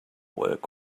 work